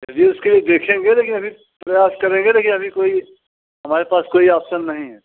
चलिए उसके लिए देखेंगे लेकिन अभी प्रयास करेंगे लेकिन अभी कोई हमारे पास कोई ऑप्सन नहीं है